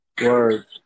Words